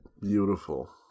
Beautiful